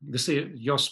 visai jos